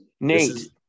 nate